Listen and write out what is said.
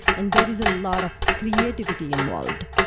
and there is a lot of creativity involved.